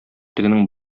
тегенең